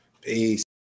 Peace